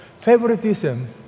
Favoritism